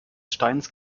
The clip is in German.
steins